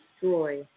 destroy